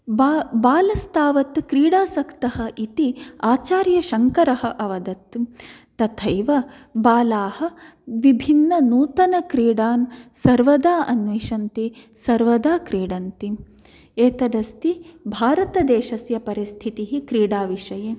बा बालस्तावत् क्रीडासक्तः इति आचार्य शंकरः अवदत् तथैव बालाः विभिन्न नूतन क्रीडान् सर्वदा अन्वेषन्ति सर्वदा क्रीडन्ति एतदस्ति भारतदेशस्य परिस्थितिः क्रीडा विषये